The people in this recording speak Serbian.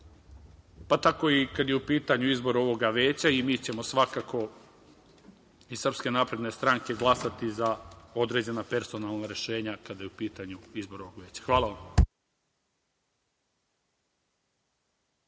pa tako i kada je u pitanju izbor ovog Veća i mi ćemo svakako iz SNS glasati za određena personalna rešenja kada je u pitanju izbor ovog Veća. Hvala.